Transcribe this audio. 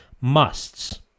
musts